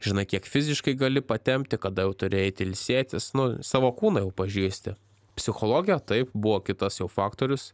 žinai kiek fiziškai gali patempti kada turi eiti ilsėtis nu savo kūną jau pažįsti psichologija taip buvo kitas jau faktorius